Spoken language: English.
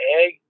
egg